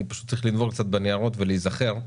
אני צריך לנבור קצת בניירות ולהיזכר.